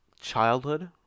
childhood